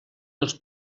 dels